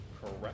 correct